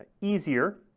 easier